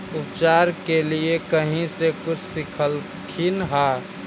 उपचार के लीये कहीं से कुछ सिखलखिन हा?